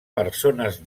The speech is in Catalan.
persones